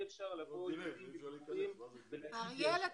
--- אריאל,